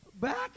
Back